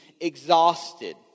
exhausted